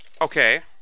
Okay